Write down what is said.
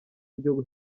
ryo